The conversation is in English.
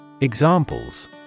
Examples